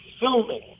filming